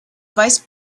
vice